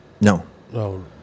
No